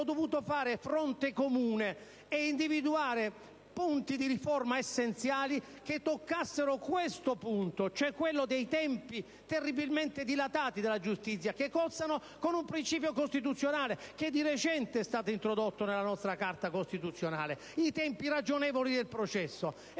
dovuto fare fronte comune ed individuare punti di riforma essenziali che toccassero questo tema, cioè quello dei tempi terribilmente dilatati della giustizia, che cozzano con un principio che di recente è stato introdotto nella nostra Carta costituzionale, vale a dire quello